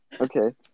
Okay